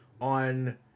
on –